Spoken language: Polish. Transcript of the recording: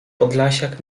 podlasiak